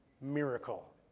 miracle